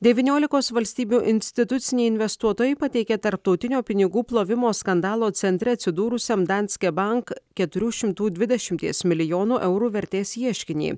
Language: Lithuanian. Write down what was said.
devyniolikos valstybių instituciniai investuotojai pateikė tarptautinio pinigų plovimo skandalo centre atsidūrusiam danske bank keturių šimtų dvidešimties milijonų eurų vertės ieškinį